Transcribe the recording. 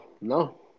No